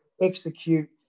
execute